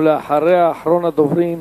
ואחריה, אחרון הדוברים,